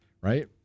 right